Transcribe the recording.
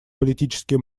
политические